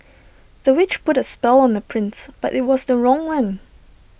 the witch put A spell on the prince but IT was the wrong one